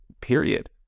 Period